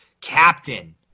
captain